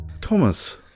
Thomas